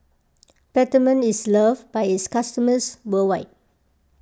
Peptamen is loved by its customers worldwide